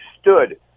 stood